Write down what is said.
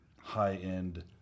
high-end